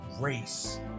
race